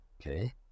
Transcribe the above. okay